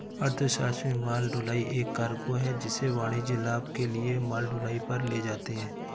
अर्थशास्त्र में माल ढुलाई एक कार्गो है जिसे वाणिज्यिक लाभ के लिए माल ढुलाई पर ले जाते है